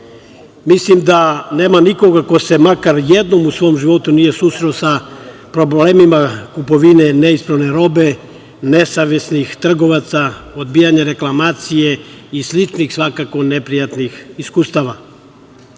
Mislim da nema nikoga ko se makar jednom u svom životu nije susreo sa problemima kupovine neispravne robe, nesavesnih trgovaca, odbijanja reklamacije i sličnih, svakako, neprijatnih iskustava. Svakako